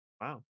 Wow